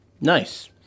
Nice